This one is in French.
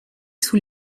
sous